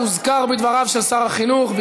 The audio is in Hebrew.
התשע"ז 2016,